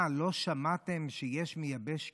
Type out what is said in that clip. מה, לא שמעתם שיש מייבש כלים?